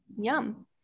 yum